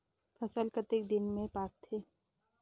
फसल कतेक दिन मे पाकथे?